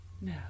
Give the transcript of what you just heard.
No